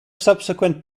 subsequent